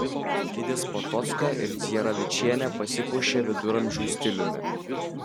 gidės potocka ir dziedravičienė pasipuošė viduramžių stiliumi